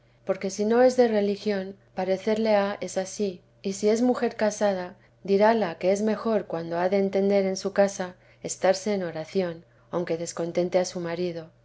porque si no es de religión parecerle ha es ansí y si es mujer casada dirála que es mejor cuando ha de entender en su casa estarse en oración auique descontente a su marido